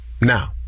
Now